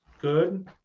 good